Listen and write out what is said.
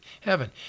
heaven